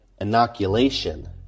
inoculation